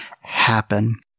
happen